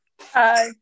Hi